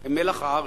הם מלח הארץ,